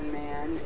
man